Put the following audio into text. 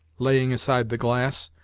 laying aside the glass,